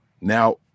now